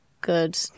good